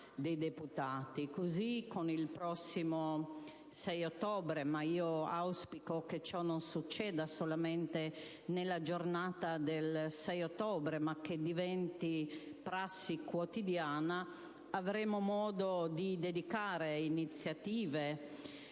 dei deputati. Pertanto, il prossimo 9 ottobre - anche se auspico che ciò non accada solamente nella giornata del 9 ottobre ma diventi prassi quotidiana - avremo modo di dedicare alcune iniziative